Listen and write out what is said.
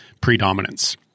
predominance